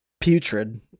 putrid